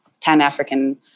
Pan-African